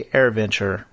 AirVenture